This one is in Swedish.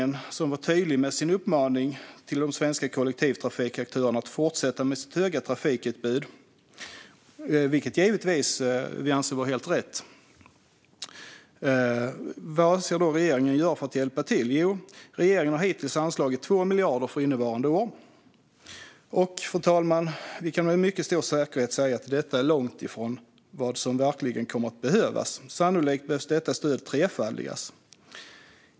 Den har varit tydlig med sin uppmaning till de svenska kollektivtrafikaktörerna om att de ska fortsätta med sitt höga trafikutbud, vilket vi givetvis anser vara helt rätt. Jo, regeringen har hittills anslagit 2 miljarder för innevarande år. Det är med mycket stor säkerhet långt ifrån vad som verkligen kommer att behövas, fru talman. Sannolikt behöver detta stöd trefaldigas.